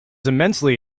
immensely